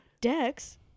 Dex